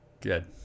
good